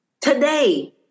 today